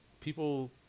people